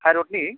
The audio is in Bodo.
हाइरडनि